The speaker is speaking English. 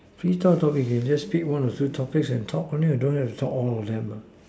free style topics you can just speak one or two topics and talk only you don't have to talk all of them lah